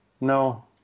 no